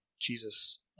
Jesus